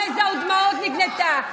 יזע ודמעות נקנתה,